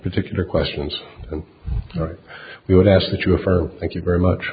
particular questions and we would ask that you refer thank you very much